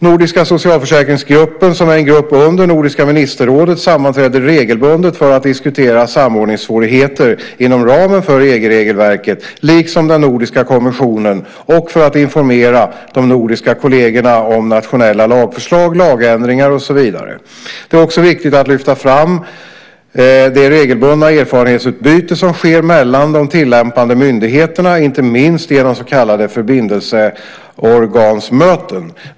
Nordiska socialförsäkringsgruppen, som är en grupp under Nordiska ministerrådet, sammanträder regelbundet för att diskutera samordningssvårigheter inom ramen för EG-regelverket liksom den nordiska konventionen och för att informera de nordiska kollegerna om nationella lagförslag, lagändringar och så vidare. Det är också viktigt att lyfta fram det regelbundna erfarenhetsutbyte som sker mellan de tillämpande myndigheterna, inte minst genom så kallade förbindelseorgansmöten.